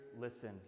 listen